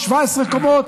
מ-17 קומות,